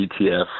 ETF